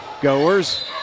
Goers